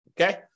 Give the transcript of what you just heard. Okay